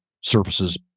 services